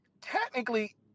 Technically